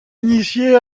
initié